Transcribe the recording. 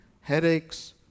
headaches